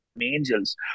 angels